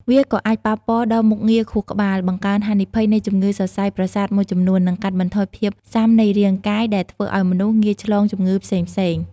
វាក៏អាចប៉ះពាល់ដល់ មុខងារខួរក្បាល បង្កើនហានិភ័យនៃជំងឺសរសៃប្រសាទមួយចំនួន នឺងកាត់បន្ថយភាពស៊ាំនៃរាងកាយ ដែលធ្វើឱ្យមនុស្សងាយឆ្លងជំងឺផ្សេងៗ។